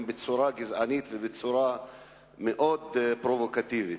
בצורה גזענית ובצורה מאוד פרובוקטיבית.